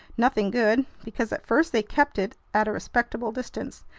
nothing good, because at first they kept it at a respectful distance.